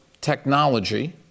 technology –